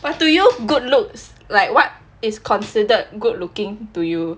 but to you good looks like what is considered good looking to you